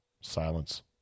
Silence